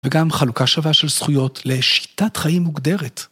וגם חלוקה שווה של זכויות לשיטת חיים מוגדרת.